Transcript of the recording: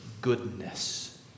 goodness